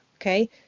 okay